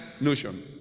notion